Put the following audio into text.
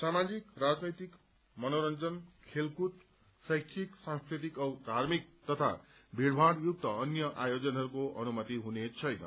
सामाजिक राजनैतिक मनोरंजन खेलकूद शैक्षिक सांस्कृतिक औ धार्मिक तथा भीड़भाड़ अन्य आयोजनाहरूको अनुपति हुनेछैन